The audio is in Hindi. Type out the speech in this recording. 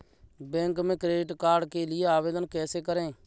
बैंक में क्रेडिट कार्ड के लिए आवेदन कैसे करें?